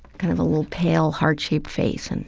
kind of a little pale heart-shaped face. and